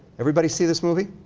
everybody see this movie?